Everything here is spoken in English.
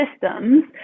systems